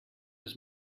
his